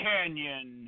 Canyon